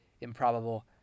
improbable